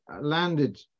landed